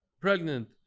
pregnant